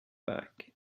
back